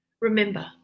Remember